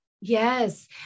Yes